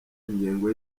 ingengo